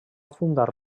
fundar